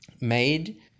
made